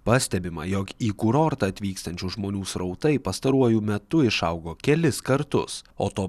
pastebima jog į kurortą atvykstančių žmonių srautai pastaruoju metu išaugo kelis kartus o to